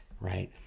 right